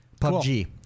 PUBG